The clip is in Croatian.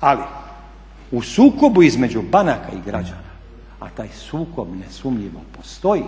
Ali u sukobu između banaka i građana, a taj sukob nesumnjivo postoji,